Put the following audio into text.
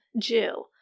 Jew